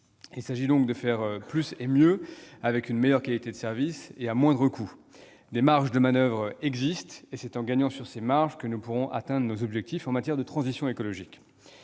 Il s'agit de faire plus et mieux, avec une meilleure qualité de service et à moindre coût. Des marges de manoeuvre existent, et c'est en gagnant sur ces marges que nous pourrons atteindre nos objectifs en matière de transition écologique.